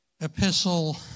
epistle